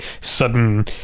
sudden